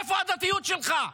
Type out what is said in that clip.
איפה הדתיות שלך?